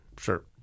Sure